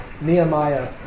Nehemiah